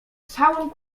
całą